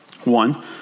One